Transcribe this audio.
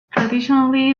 traditionally